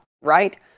right